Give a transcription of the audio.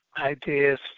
ideas